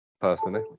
Personally